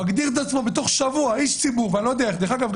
מגדיר את עצמו כאיש ציבור בתוך שבוע ודרך אגב,